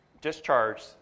discharged